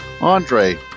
andre